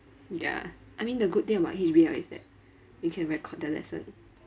ya I mean the good thing about H_B_L is that you can record the lesson